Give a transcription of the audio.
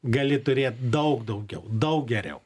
gali turėt daug daugiau daug geriau